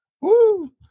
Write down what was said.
Woo